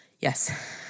Yes